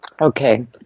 Okay